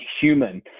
human